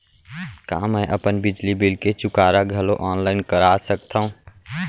का मैं अपन बिजली बिल के चुकारा घलो ऑनलाइन करा सकथव?